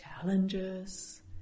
challenges